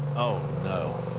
oh, no.